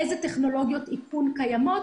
איזה טכנולוגיות איכון קיימות,